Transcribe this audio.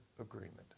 agreement